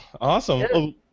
Awesome